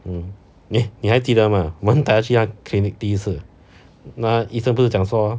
mm 你你还记得吗我们带它去 clinic 第一次那医生不是讲说